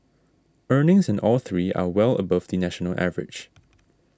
earnings in all three are well above the national average